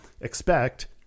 expect